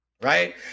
right